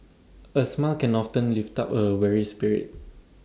A smile can often lift up A weary spirit